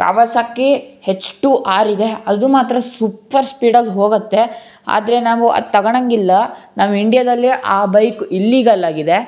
Kawasaki H two R ಇದೆ ಅದು ಮಾತ್ರ ಸೂಪರ್ ಸ್ಪೀಡಲ್ಲಿ ಹೋಗುತ್ತೆ ಆದರೆ ನಾವು ಅದು ತಗಳಂಗಿಲ್ಲ ನಮ್ಮ ಇಂಡ್ಯಾದಲ್ಲಿ ಆ ಬೈಕ್ ಇಲ್ಲೀಗಲ್ಲಾಗಿದೆ